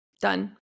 Done